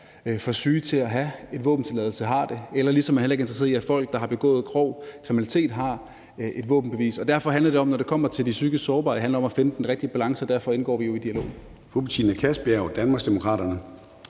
for syge til at have en våbentilladelse, har det, eller er interesserede i, at folk, der har begået grov kriminalitet, har et våbenbevis. Derfor handler det om, når det kommer til de psykisk sårbare, at finde den rigtige balance. Derfor indgår vi jo i dialog.